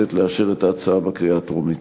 כי מי שחולה בטרשת נפוצה הוא חסר אונים,